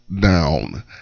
down